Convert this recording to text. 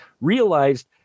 realized